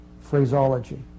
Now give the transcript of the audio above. phraseology